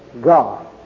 God